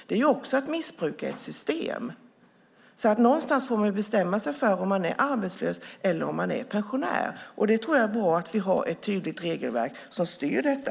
Det är också att missbruka ett system. Man får bestämma sig för om man är arbetslös eller pensionär. Det är bra att vi har ett tydligt regelverk som styr detta.